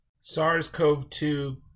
SARS-CoV-2